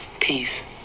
Peace